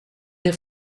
they